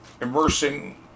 immersing